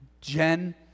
Jen